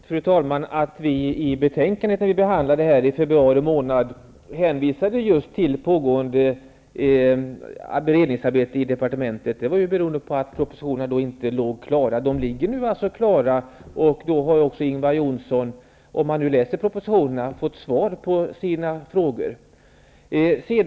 Fru talman! Att vi i betänkandet, när vi behandlade det här i februari månad, hänvisade till det pågående beredningsarbetet i departementet berodde på att propositionerna då inte var klara. Nu är de klara. Om Ingvar Johnsson hade läst propositionerna, skulle han ha fått svar på sina frågor.